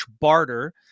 barter